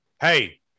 Hey